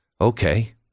okay